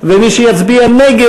מי שיצביע בעד,